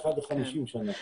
1:50 שנה.